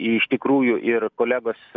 iš tikrųjų ir kolegos